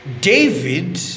David